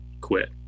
quit